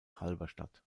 halberstadt